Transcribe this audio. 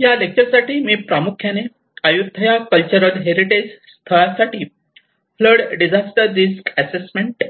या लेक्चर साठी मी प्रामुख्याने अय्युथय़ा कल्चरल हेरिटेज स्थळासाठी फ्लड डिजास्टर रिस्क असेसमेंट